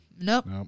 nope